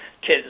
kids